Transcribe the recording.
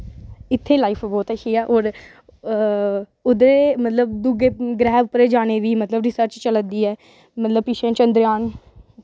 इत्थें दी लाईफ बौह्त अच्छी ऐ होर ओह्दे मतलब दुऐ ग्रैह् पर मतलब जाने दी रिसर्च चला दी ऐ मतलब पिच्छे चन्द्रेयान